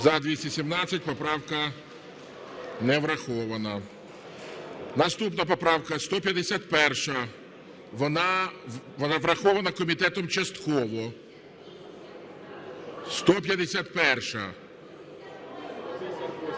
За-217 Поправка не врахована. Наступна поправка 151. Вона врахована комітетом частково. 151-а.